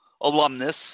alumnus